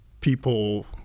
people